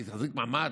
היא תחזיק מעמד,